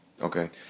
Okay